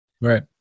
Right